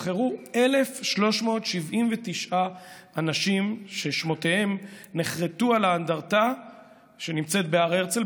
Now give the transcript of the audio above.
נבחרו 1,379 אנשים ששמותיהם נחרתו על האנדרטה שנמצאת בהר הרצל,